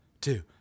two